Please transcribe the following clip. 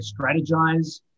strategize